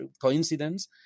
coincidence